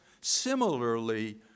similarly